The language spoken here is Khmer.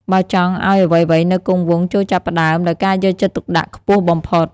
បើចង់ឱ្យអ្វីៗនៅគង់វង្ស ចូរចាប់ផ្ដើមដោយការយកចិត្តទុកដាក់ខ្ពស់បំផុត។